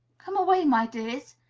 come away, my dears!